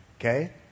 Okay